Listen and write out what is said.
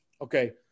Okay